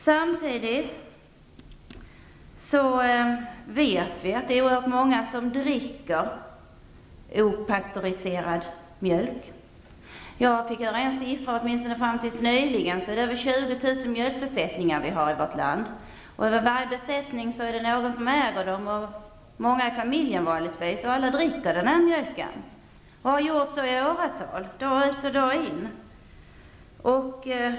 Samtidigt vet vi att det är oerhört många som dricker opastöriserad mjölk. Fram till nyligen fanns det över 20 000 mjölkbesättningar i vårt land. Det är någon som äger varje besättning, vanligtvis en familj, och många dricker den här mjölken och har gjort så dag ut och dag in i åratal.